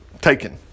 taken